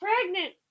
pregnant